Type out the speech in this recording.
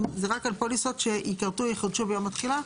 זה רק על פוליסות שייכרתו, יחודשו ביום התחילה.